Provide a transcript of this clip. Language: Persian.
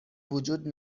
وجود